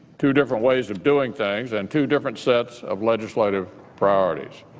two different ways of doing things and two different sets of legislative priorities.